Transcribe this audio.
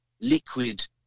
liquid